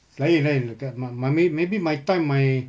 lain kan macam may~ maybe my time my